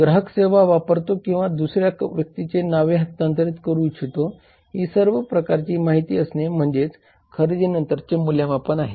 ग्राहक सेवा वापरतो का किंवा दुसऱ्या व्यक्तीच्या नावे हस्तांतरित करू इच्छितो ही सर्व प्रकारची माहिती असणे म्हणजेच खरेदीनंतरचे मूल्यमापन आहे